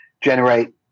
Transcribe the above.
generate